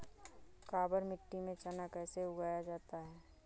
काबर मिट्टी में चना कैसे उगाया जाता है?